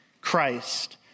Christ